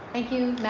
thank you,